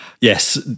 Yes